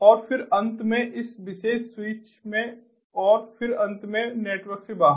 और फिर अंत में इस विशेष स्विच में और फिर अंत में नेटवर्क से बाहर